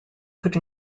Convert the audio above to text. could